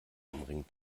umringt